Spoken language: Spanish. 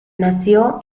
nació